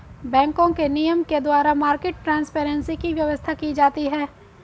बैंकों के नियम के द्वारा मार्केट ट्रांसपेरेंसी की व्यवस्था की जाती है